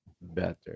better